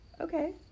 Okay